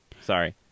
sorry